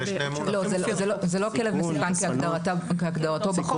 לא, זה לא כלב מסוכן כהגדרתו בחוק.